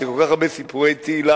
שכל כך הרבה סיפורי תהילה,